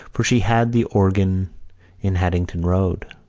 for she had the organ in haddington road.